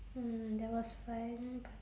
mm that was fine